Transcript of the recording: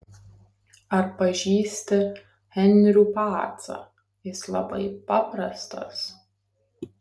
ar pažįsti henrių pacą jis labai paprastas